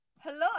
hello